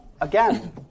again